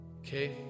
Okay